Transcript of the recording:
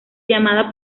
llamada